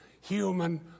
human